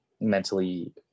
mentally